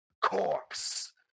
corpse